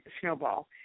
snowball